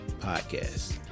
podcast